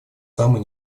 самые